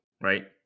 right